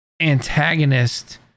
antagonist